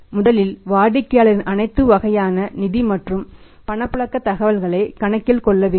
முதலில் வாடிக்கையாளரின் அனைத்து வகையான நிதி மற்றும் பணப்புழக்க தகவல்களை கணக்கில்கொள்ள வேண்டும்